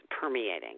permeating